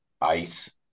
Ice